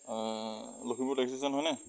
Lakhimpur taxi stand হয়নে